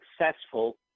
successful